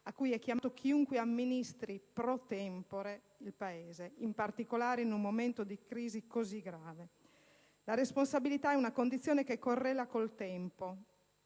a cui è chiamato chiunque amministri *pro tempore* il Paese, in particolare in un momento di crisi così grave. La responsabilità è condizione che correla col tempo,